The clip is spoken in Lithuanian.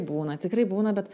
būna tikrai būna bet